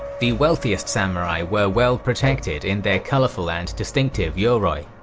the wealthiest samurai were well protected in their colourful and distinctive yoroi,